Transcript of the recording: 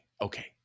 okay